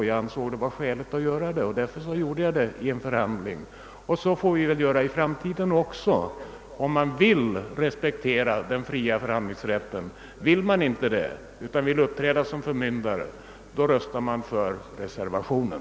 Jag ansåg att det var skäligt, och därför genomförde jag avvecklingen i en förhandling. Så får man göra även i framtiden, om man vill respektera den fria förhandlingsrätten. Vill man inte det utan vill uppträda som förmyndare röstar man för reservationen.